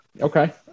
Okay